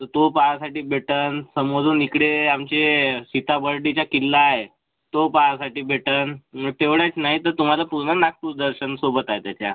तर तो पाहायसाठी भेटेल समोरुन इकडे आमचे सीताबर्डीचा किल्ला आहे तो पाहायसाठी भेटेल तेवढचं नाही तर तुम्हाला पूर्ण नागपूर दर्शन सोबत आहे त्याच्या